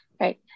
Right